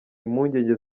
impungenge